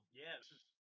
yes